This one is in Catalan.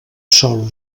solo